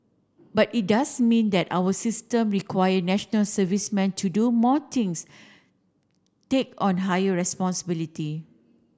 but it does mean that our system require national servicemen to do more things take on higher responsibility